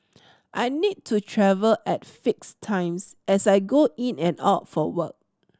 I need to travel at fixed times as I go in and out for work